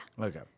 Okay